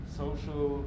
social